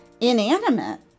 inanimate